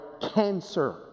Cancer